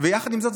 ויחד עם זאת,